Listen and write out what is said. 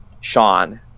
Sean